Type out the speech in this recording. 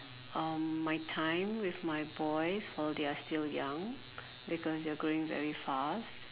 um my time with my boys while they are still young because they are growing very fast